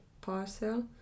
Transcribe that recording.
parcel